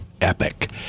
Epic